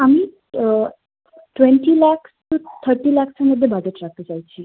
আমি twenty lakhs to thirty লাকসের মধ্যে বাজেট রাখতে চাইছি